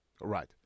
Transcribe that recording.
Right